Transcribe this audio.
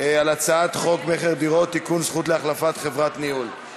הצעת חוק המכר, של חבר הכנסת מיקי לוי, בבקשה.